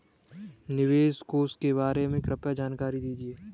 निवेश कोष के बारे में कृपया जानकारी दीजिए